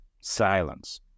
silence